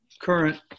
current